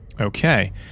Okay